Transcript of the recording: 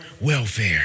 welfare